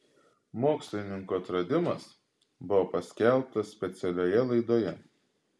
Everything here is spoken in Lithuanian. mokslininkų atradimas buvo paskelbtas specialioje laidoje